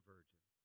virgin